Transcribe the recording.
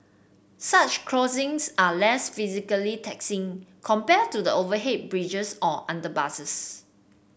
such crossings are less physically taxing compared to the overhead bridges or underpasses